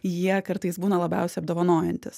jie kartais būna labiausiai apdovanojantys